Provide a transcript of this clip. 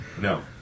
No